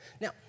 Now